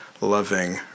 loving